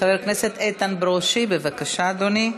חבר הכנסת איתן ברושי, בבקשה, אדוני.